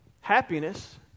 happiness